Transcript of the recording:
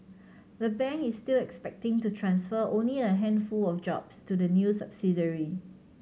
the bank is still expecting to transfer only a handful of jobs to the new subsidiary